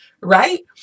Right